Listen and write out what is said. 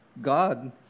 God